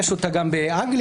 יש אותה גם באנגליה,